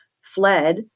fled